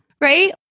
right